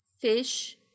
fish